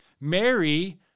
Mary